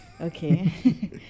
Okay